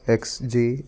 X J